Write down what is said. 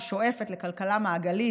ששואפת לכלכלה מעגלית,